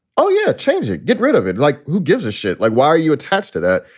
oh, yeah, change it. get rid of it. like, who gives a shit? like, why are you attached to that?